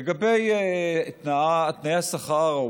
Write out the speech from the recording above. לגבי תנאי השכר,